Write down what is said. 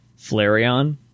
flareon